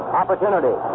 opportunity